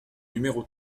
numéro